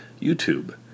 YouTube